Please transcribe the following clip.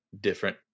Different